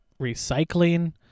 recycling